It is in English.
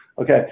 Okay